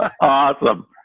Awesome